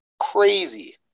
crazy